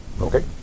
Okay